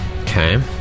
Okay